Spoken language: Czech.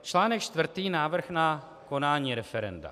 Článek čtvrtý, návrh na konání referenda.